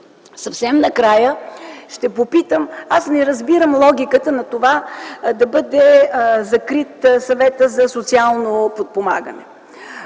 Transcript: Съвсем накрая ще попитам: аз не разбирам логиката на това да бъде закрит Съветът за социално подпомагане,